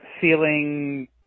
feeling